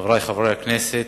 חברי חברי הכנסת,